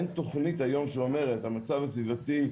אין היום תוכנית שהמצב הסביבתי,